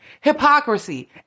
hypocrisy